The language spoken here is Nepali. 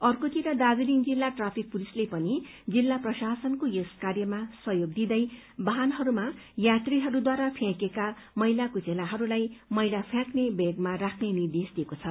अर्कोतिर दार्जीलिङ जिल्ला ट्राफिक पुलिसले पनि जिल्ला प्रशासनको यस कार्यमा सहयोग दिँदै वाहनहरूमा यात्रीहरूद्वारा फ्याँकिएका मैला कुचेलाहरूलाई मैला फ्याँक्ने ब्यागमा राख्ने निर्देश दिएको छ